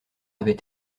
avait